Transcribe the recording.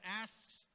asks